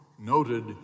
noted